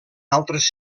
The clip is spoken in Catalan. altres